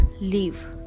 leave